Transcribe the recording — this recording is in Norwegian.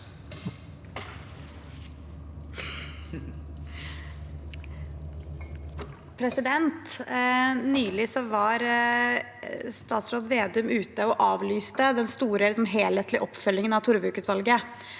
Nylig var statsråd Vedum ute og avlyste den store, helhetlige oppfølgingen av Torvik-utvalget.